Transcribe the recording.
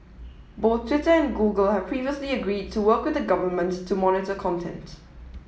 both Twitter and Google have previously agreed to work with the government to monitor content